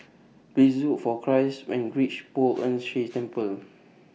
Please Look For Christ when YOU REACH Poh Ern Shih Temple